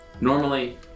Normally